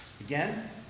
again